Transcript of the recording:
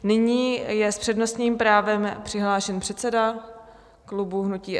Nyní je s přednostním právem přihlášen předseda klubu hnutí SPD.